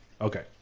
Okay